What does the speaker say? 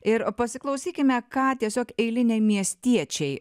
ir pasiklausykime ką tiesiog eiliniai miestiečiai